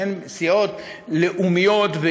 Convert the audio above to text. שהן סיעות לאומיות,